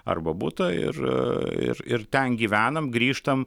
arba butą ir ir ten gyvenam grįžtam